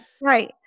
Right